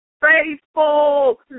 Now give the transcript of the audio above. faithful